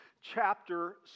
chapter